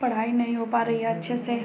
पढ़ाई नहीं हो पा रही है अच्छे से